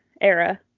era